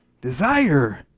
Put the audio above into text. desire